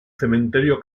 cementerio